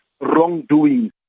wrongdoing